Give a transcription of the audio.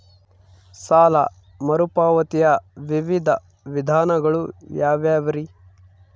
ಸಾಲ ಮರುಪಾವತಿಯ ವಿವಿಧ ವಿಧಾನಗಳು ಯಾವ್ಯಾವುರಿ?